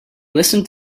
listened